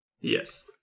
Yes